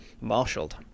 marshaled